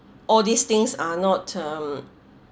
all these things are not um